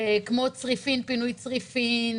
כמו פינוי צריפין,